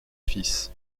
fils